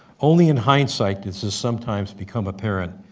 only in hindsight does this sometimes become apparent.